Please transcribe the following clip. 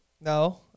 No